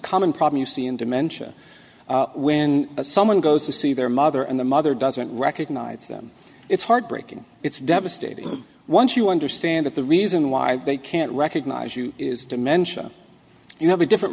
common problem you see in dementia when someone goes to see their mother and the mother doesn't recognise them it's heartbreaking it's devastating once you understand that the reason why they can't recognise you is dementia you have a different